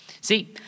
See